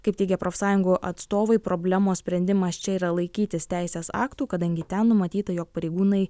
kaip teigė profsąjungų atstovai problemos sprendimas čia yra laikytis teisės aktų kadangi ten numatyta jog pareigūnai